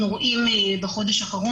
אנחנו רואים בחודש האחרון,